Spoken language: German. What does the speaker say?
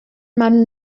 man